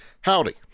Howdy